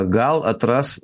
gal atras